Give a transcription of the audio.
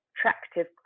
attractive